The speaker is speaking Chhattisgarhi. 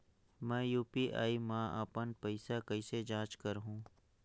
मैं यू.पी.आई मा अपन पइसा कइसे जांच करहु?